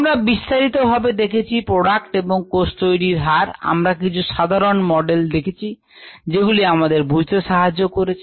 আমরা বিস্তারিতভাবে দেখেছি প্রোডাক্ট এবং কোষ তৈরীর হার আমরা কিছু সাধারন মডেল দেখেছি যেগুলি আমাদের বুঝতে সাহায্য করেছে